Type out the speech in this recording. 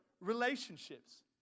relationships